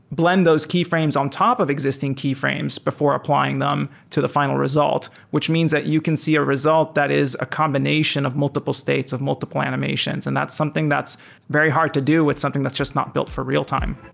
blend those keyframes on top of existing keyframes before applying them to the final result, which means that you can see a result that is a combination of multiple states of multiple animations. and that's something that's very hard to do with something that's just not built for real-time